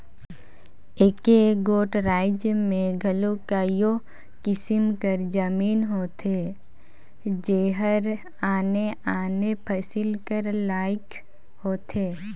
एके गोट राएज में घलो कइयो किसिम कर जमीन होथे जेहर आने आने फसिल कर लाइक होथे